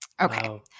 Okay